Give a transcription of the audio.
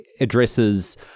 addresses